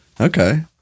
okay